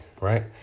right